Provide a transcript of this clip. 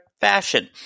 fashion